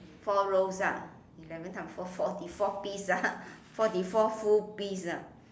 four rows ah eleven times four forty four piece ah forty four full piece ah